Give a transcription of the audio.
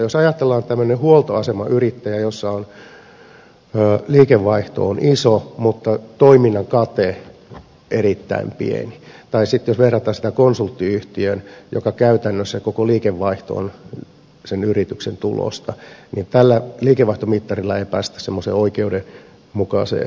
jos ajatellaan huoltoasemayrittäjää jonka liikevaihto on iso mutta toiminnan kate erittäin pieni ja jos verrataan sitä konsulttiyhtiöön jonka käytännössä koko liikevaihto on sen yrityksen tulosta niin tällä liikevaihtomittarilla ei päästä semmoiseen oikeudenmukaiseen ratkaisuun